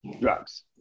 drugs